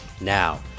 Now